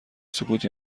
سکوت